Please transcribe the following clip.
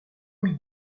m’y